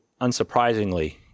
unsurprisingly